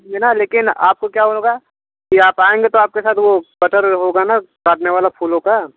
में ना लेकिन आपको क्या होगा कि आप आएँगे तो आपके साथ वो कटर होगा ना काटने वाला फूलों का